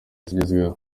zigezweho